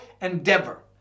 endeavor